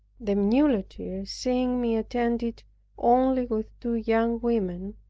the muleteer, seeing me attended only with two young women,